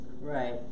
right